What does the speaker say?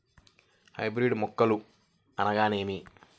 Hybrid మొక్కలు అనగానేమి?